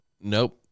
Nope